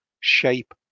shape